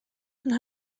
and